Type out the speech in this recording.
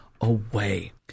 away